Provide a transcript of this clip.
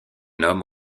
homme